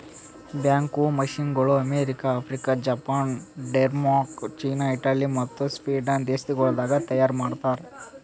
back ಹೋ ಮಷೀನಗೊಳ್ America, Africa, Japan, Denmark, China, Italy ಮತ್ತ ಸ್ವೀಡನ್ ದೇಶಗೊಳ್ದಾಗ್ ತೈಯಾರ್ ಮಾಡ್ತಾರ್